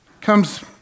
comes